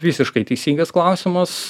visiškai teisingas klausimas